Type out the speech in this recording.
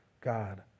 God